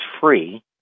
free